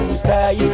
stay